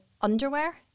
underwear